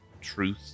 truth